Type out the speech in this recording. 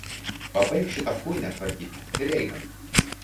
pabaik šitą chuinią tvarkyt ir einam